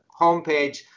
homepage